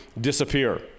disappear